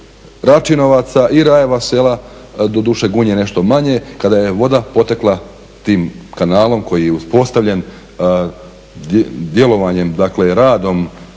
Račinovaca, i Rajeva Sela, doduše Gunje nešto manje, kada je voda potekla tim kanalom koji je uspostavljen djelovanjem, dakle radom